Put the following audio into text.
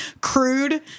Crude